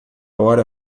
hora